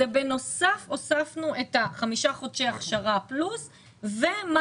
בנוסף הוספנו את חמישה חודשי הכשרה פלוס ומה